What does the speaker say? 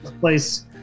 place